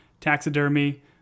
taxidermy